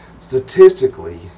statistically